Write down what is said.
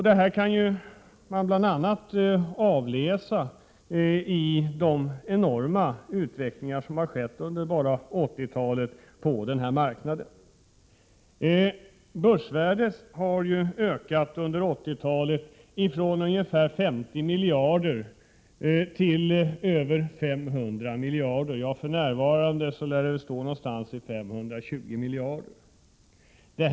Detta kan man bl.a. avläsa i den enorma utveckling som har skett under 1980-talet på marknaden. Börsvärdet har ökat under 1980-talet från ungefär 50 miljarder kronor till över 500 miljarder kronor. För närvarande lär värdet vara ungefär 520 miljarder kronor.